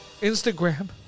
Instagram